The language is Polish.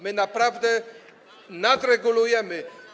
My naprawdę nadregulujemy.